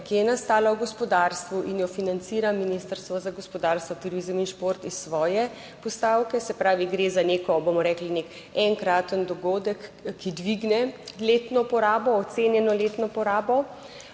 ki je nastala v gospodarstvu in jo financira Ministrstvo za gospodarstvo, turizem in šport iz svoje postavke, se pravi gre za neko, bomo rekli, nek enkraten dogodek, ki dvigne letno porabo, ocenjeno letno porabo.